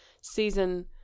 season